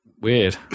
Weird